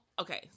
Okay